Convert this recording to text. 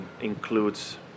includes